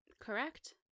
Correct